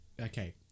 Okay